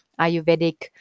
Ayurvedic